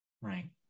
Right